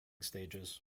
stages